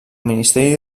ministeri